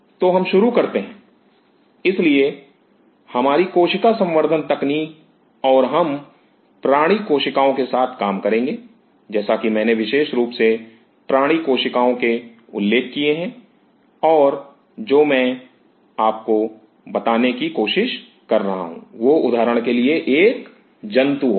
तो हम शुरू करते हैं इसलिए हमारी कोशिका संवर्धन तकनीक और हम प्राणी कोशिकाओं के साथ कार्य करेंगे जैसा कि मैंने विशेष रूप से प्राणी कोशिकाओं के उल्लेख किए हैं और जो मैं आपको बताने की कोशिश कर रहा हूं वह उदाहरण के लिए एक जंतु से होगा